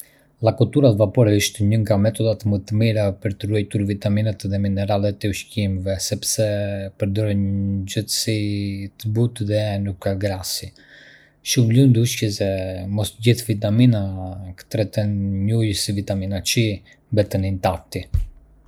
Një nga pjatat tradicionale që dua është pasta e pjekur. Përgatitet me shtresa të makaronave, salcë mishi, beshamel dhe djathë, është një pjatë e pasur që më kujton mbledhjet familjare.